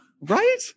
Right